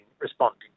responding